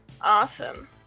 Awesome